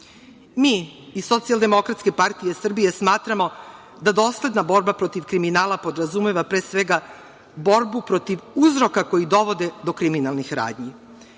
iz Socijaldemokratske partije Srbije smatramo da dosledna borba protiv kriminala podrazumeva pre svega borbu protiv uzroka koji dovode do kriminalnih radnji.